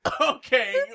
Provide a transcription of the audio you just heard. Okay